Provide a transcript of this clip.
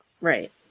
Right